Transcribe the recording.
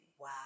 Wow